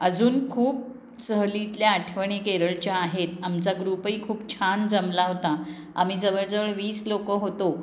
अजून खूप सहलीतल्या आठवणी केरळच्या आहेत आमचा ग्रुपही खूप छान जमला होता आम्ही जवळजवळ वीस लोकं होतो